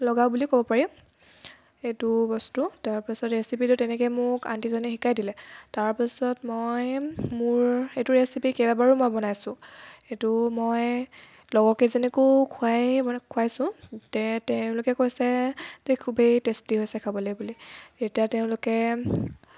লগা বুলি ক'ব পাৰি এইটো বস্তু তাৰপাছত ৰেচিপিটো তেনেকৈ মোক আণ্টিজনীয়ে শিকাই দিলে তাৰপিছত মই মোৰ এইটো ৰেচিপি কেইবাবাৰো মই বনাইছোঁ এইটো মই লগৰ কেইজনীকো খোৱাই মানে খোৱাইছো যে তেওঁলোকে কৈছে যে খুবেই টেষ্টি হৈছে খাবলৈ বুলি এতিয়া তেওঁলোকে